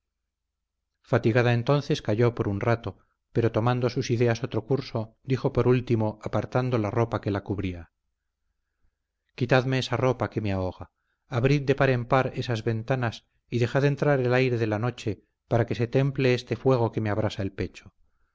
fatigada entonces calló por un rato pero tomando sus ideas otro curso dijo por último apartando la ropa que la cubría quitadme esa ropa que me ahoga abrid de par en par esas ventanas y dejad entrar el aire de la noche para que se temple este fuego que me abrasa el pecho